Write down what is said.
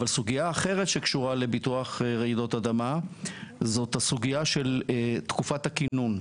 אבל סוגיה אחרת שקשורה לביטוח רעידות אדמה זאת הסוגיה של תקופת הכינון.